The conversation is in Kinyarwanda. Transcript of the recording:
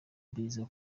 biza